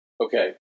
Okay